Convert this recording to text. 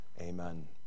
Amen